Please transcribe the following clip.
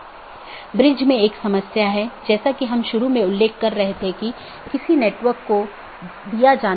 यहाँ multi home AS के 2 या अधिक AS या उससे भी अधिक AS के ऑटॉनमस सिस्टम के कनेक्शन हैं